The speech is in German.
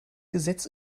gesetz